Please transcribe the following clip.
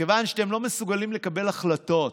מכיוון שאתם לא מסוגלים לקבל החלטות,